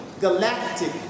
galactic